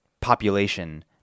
population